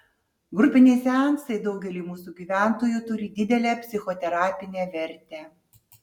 grupiniai seansai daugeliui mūsų gyventojų turi didelę psichoterapinę vertę